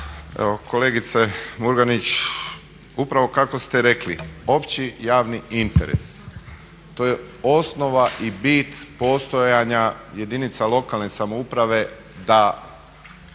kolegice Murganić, upravo kako ste rekli opći javni interes, to je osnova i bit postojanja jedinica lokalne samouprave da